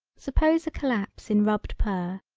suppose a collapse in rubbed purr,